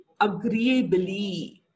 agreeably